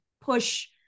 push